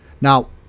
Now